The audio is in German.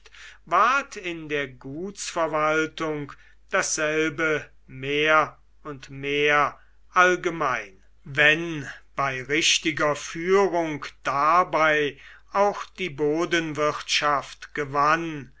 ward in der gutsverwaltung dasselbe mehr und mehr allgemein wenn bei richtiger führung dabei auch die bodenwirtschaft gewann